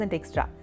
Extra